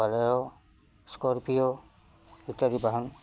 বলেৰ' Scorpio ইত্যাদি বাহন